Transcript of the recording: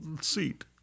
seat